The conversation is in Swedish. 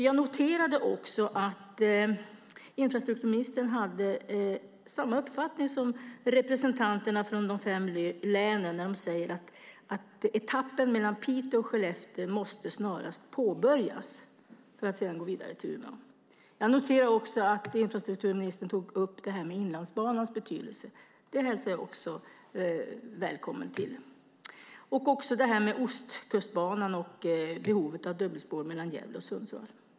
Jag noterade att infrastrukturministern hade samma uppfattning som representanterna från de fem länen när hon säger att etappen mellan Piteå och Skellefteå snarast måste påbörjas för att sedan gå vidare till Umeå. Jag noterade också att infrastrukturministern tog upp Inlandsbanans betydelse. Det hälsar jag välkommet, liksom granskningen av Ostkustbanan och behovet av dubbelspår mellan Gävle och Sundsvall.